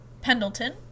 Pendleton